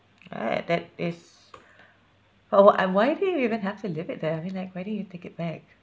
alright that is oh and why do you even have leave it there I mean like why didn't you take it back